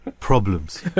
problems